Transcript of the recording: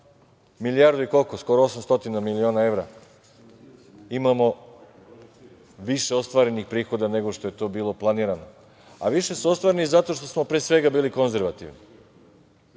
milijardu i skoro 800 miliona evra imamo više ostvarenih prihoda nego što je to bilo planirano, a više su ostvareni zato što smo pre svega bili konzervativni,